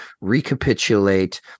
recapitulate